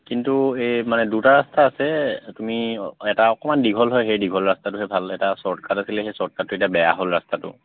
কিন্তু এই মানে দুটা ৰাস্তা আছে তুমি এটা অকণমান দীঘল হয় সেই দীঘল ৰাস্তাটোহে ভাল এটা শৰ্ট কট আছিলে সেই শ্বৰ্ট কাটটো এয়া বেয়া হ'ল ৰাস্তাটো